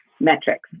metrics